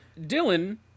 Dylan